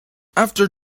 after